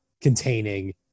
containing